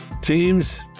teams